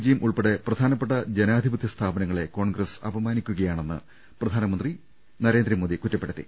ജിയും ഉൾപ്പെടെ പ്രധാനപ്പെട്ട ജനാധിപത്യ സ്ഥാപനങ്ങളെ കോൺഗ്രസ് അപമാനിക്കുകയാണെന്ന് പ്രധാനമന്ത്രി നരേന്ദ്രമോദി കുറ്റപ്പെടുത്തി